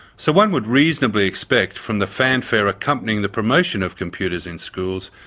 so one would reasonably expect, from the fanfare accompanying the promotion of computers in schools,